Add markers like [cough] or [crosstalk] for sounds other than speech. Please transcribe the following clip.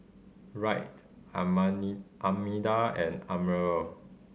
Wright [unintelligible] Armida and Admiral